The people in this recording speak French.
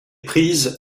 prise